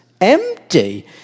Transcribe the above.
empty